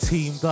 Team